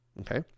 Okay